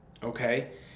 Okay